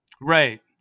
right